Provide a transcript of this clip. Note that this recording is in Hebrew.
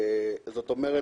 זאת אומרת,